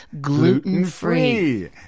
Gluten-free